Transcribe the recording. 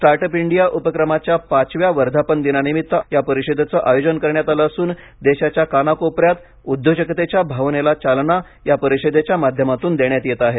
startup India उपक्रमाच्या पाचव्या वर्धापन दिनानिमित्त या परिषदेचं आयोजन करण्यात आलं असून देशाच्या कानाकोपऱ्यात उद्योजकतेच्या भावनेला चालना या परिषदेच्या माध्यमातून देण्यात येत आहे